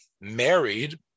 married